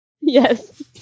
Yes